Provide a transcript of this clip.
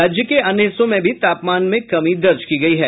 राज्य के अन्य हिस्सों में भी तापमान में कमी दर्ज की गयी है